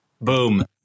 Boom